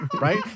right